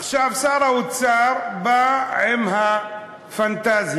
עכשיו שר האוצר בא עם הפנטזיה,